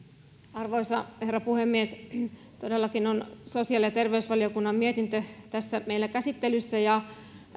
arvoisa herra puhemies sosiaali ja terveysvaliokunnan mietintö todellakin on tässä meillä käsittelyssä